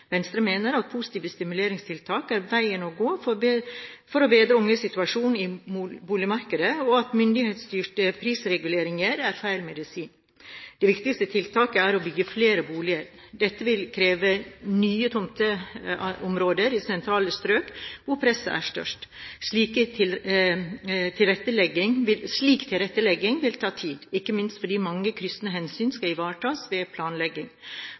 Venstre mener at positive stimuleringstiltak er veien å gå for å bedre unges situasjon i boligmarkedet, og at myndighetsstyrte prisreguleringer er feil medisin. Det viktigste tiltaket er å bygge flere boliger. Dette vil kreve nye tomteområder i sentrale strøk hvor presset er størst. Slik tilrettelegging vil ta tid, ikke minst fordi mange kryssende hensyn skal ivaretas ved